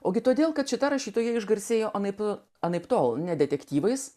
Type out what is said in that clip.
ogi todėl kad šita rašytoja išgarsėjo anaiptol anaiptol ne detektyvais